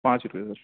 پانچ روپے بس